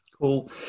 Cool